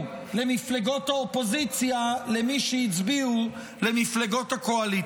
למפלגות האופוזיציה למי שהצביעו למפלגות הקואליציה.